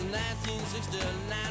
1969